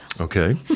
okay